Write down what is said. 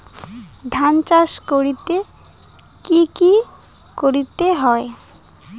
ধান চাষ করতে কি কি করতে হয়?